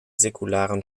säkularen